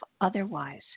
otherwise